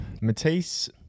Matisse